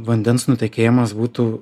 vandens nutekėjimas būtų